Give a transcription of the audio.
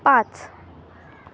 पांच